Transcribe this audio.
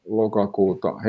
lokakuuta